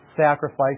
sacrifice